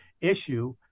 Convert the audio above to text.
issue